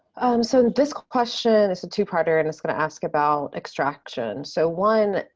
um so this question is a two parter and it's going to ask about extraction so one.